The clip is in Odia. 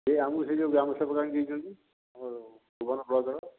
ସେହି ଆମକୁ ସେହି ଯେଉଁ ଗ୍ରାମସେବକ ଆଣିକି ଦେଇଛନ୍ତି ଆମର ଭୁବନ ବ୍ଲକ୍ର